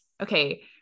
okay